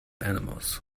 animals